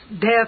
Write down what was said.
death